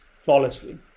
flawlessly